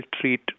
treat